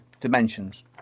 dimensions